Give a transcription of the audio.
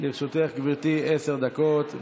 לרשותך, גברתי, עשר דקות.